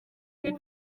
cyari